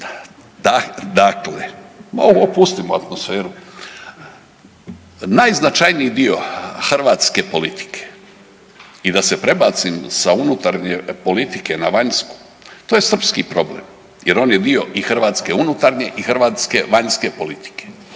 dakle, ma opustimo atmosferu, najznačajniji dio hrvatske politike i da se prebacim sa unutarnje politike na vanjsku, to je srpski problem jer on je dio i hrvatske unutarnje i hrvatske vanjske politike